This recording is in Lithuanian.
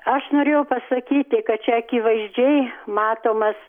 aš norėjau pasakyti kad čia akivaizdžiai matomas